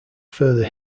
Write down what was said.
further